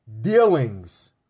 Dealings